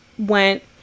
Went